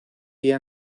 día